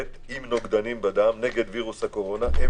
עם נוגדנים בדם נגד וירוס הקורונה,